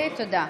תודה.